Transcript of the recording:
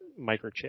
microchip